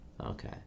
Okay